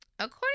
According